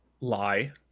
lie